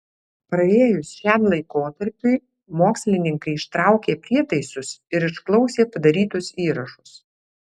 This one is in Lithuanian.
praėjus šiam laikotarpiui mokslininkai ištraukė prietaisus ir išklausė padarytus įrašus